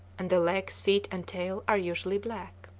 and the legs, feet, and tail are usually black.